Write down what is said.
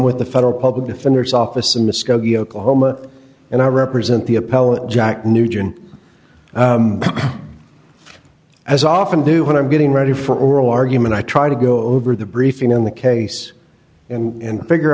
with the federal public defender's office in muskogee oklahoma and i represent the appellant jack nugent as often do when i'm getting ready for oral argument i try to go over the briefing in the case and figure